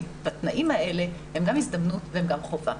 בתנאים האלה הוא גם הזדמנות והוא גם חובה.